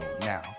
now